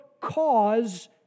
cause